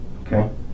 Okay